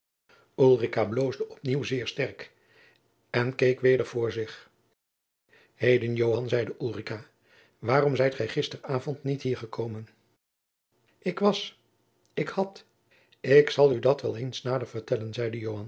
bloosde op nieuw zeer sterk en mn keek weder voor zich jacob van lennep de pleegzoon heden joan zeide ulrica waarom zijt gij gister avond niet hier gekomen ik was ik had ik zal u dat wel eens nader vertellen